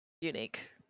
unique